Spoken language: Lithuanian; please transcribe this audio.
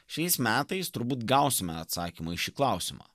šiais metais turbūt gausime atsakymą į šį klausimą